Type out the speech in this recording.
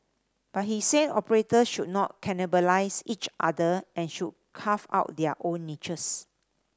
but he said operators should not cannibalise each other and should carve out their own niches